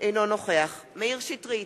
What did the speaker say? אינו נוכח מאיר שטרית,